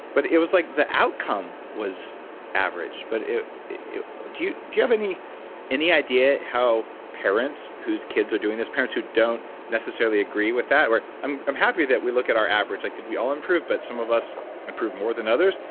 but it was like the outcome was average. but do you do you have any any idea how parents whose kids are doing this, parents who don't necessarily agree with that? or i'm i'm happy that we look at our average like did we all improve but some of us improved more than others?